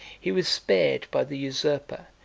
he was spared by the usurper,